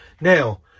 Now